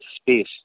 space